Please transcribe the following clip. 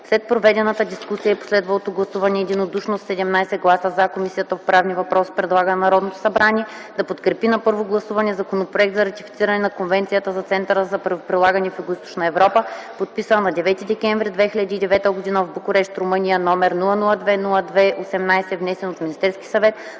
След проведената дискусия и последвалото гласуване единодушно със 17 гласа „за”, Комисията по правни въпроси предлага на Народното събрание да подкрепи на първо гласуване Законопроект за ратифициране на Конвенцията за Центъра за правоприлагане в Югоизточна Европа, подписана на 9 декември 2009 г. в Букурещ, Румъния № 002-02-18, внесен от Министерския съвет